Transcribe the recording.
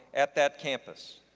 at that campus.